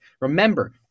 remember